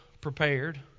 prepared